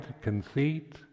conceit